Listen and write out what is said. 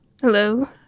Hello